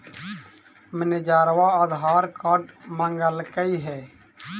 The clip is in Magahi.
मैनेजरवा आधार कार्ड मगलके हे?